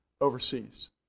overseas